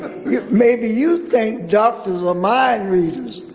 maybe you think doctors are mind readers.